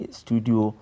studio